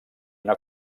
una